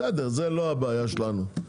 בסדר, זו לא הבעיה שלנו.